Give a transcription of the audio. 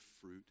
fruit